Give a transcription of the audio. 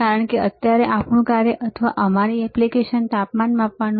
કારણ કે અત્યારે આપણું કાર્ય અથવા અમારી એપ્લિકેશન તાપમાન માપવાનું છે